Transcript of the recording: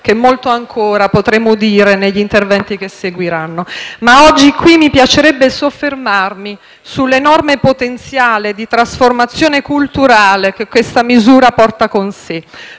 che molto ancora potremo udire nella discussione che seguirà. Oggi mi piacerebbe soffermarmi sull'enorme potenziale di trasformazione culturale che questa misura porta con sé.